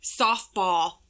softball